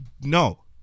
No